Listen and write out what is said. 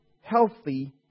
healthy